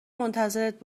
منتظرت